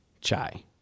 Chai